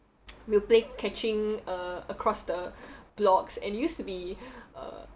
we'll play catching uh across the blocks and used to be uh